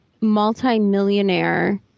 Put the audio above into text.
multimillionaire